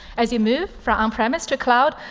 as you move from on-premise to cloud,